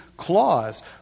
clause